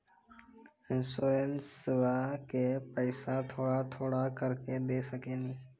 इंश्योरेंसबा के पैसा थोड़ा थोड़ा करके दे सकेनी?